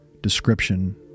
description